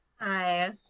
Hi